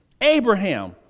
Abraham